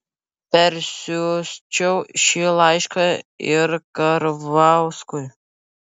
persiųsčiau šį laišką ir karvauskui